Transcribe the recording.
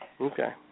Okay